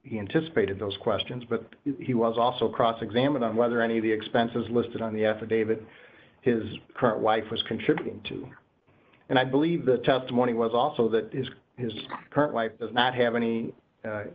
he anticipated those questions but he was also cross examined on whether any of the expenses listed on the affidavit his current wife was contributing to and i believe the testimony was also that his current wife does not have any